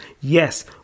yes